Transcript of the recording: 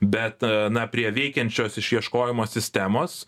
bet na prie veikiančios išieškojimo sistemos